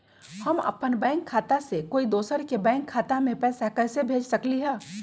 हम अपन बैंक खाता से कोई दोसर के बैंक खाता में पैसा कैसे भेज सकली ह?